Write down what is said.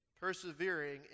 Persevering